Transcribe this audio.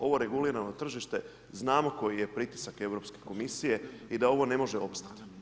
Ovo regulirano tržište znamo koji je pritisak Europske komisije i da ovo ne može opstati.